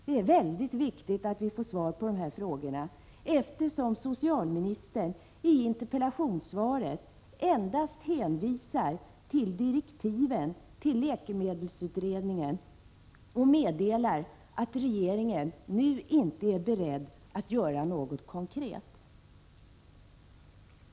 Det är mycket viktigt att vi får svar på dessa frågor, eftersom socialministern i interpellationssvaret endast hänvisar till direktiven till läkemedelsutredningen och meddelar att regeringen inte nu är beredd att göra något konkret.